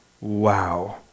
Wow